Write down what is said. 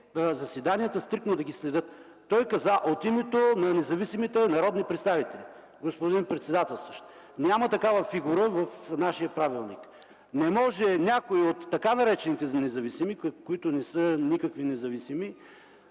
заседанията трябва стриктно да ги следят. Той каза: „От името на независимите народни представители”. Господин председателстващ, няма такава фигура в нашия правилник. Не може някой от така наречените независими, които не са никакви независими,